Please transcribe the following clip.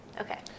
Okay